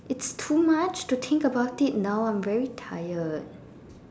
it's too much to think about it now I'm very tired